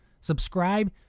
Subscribe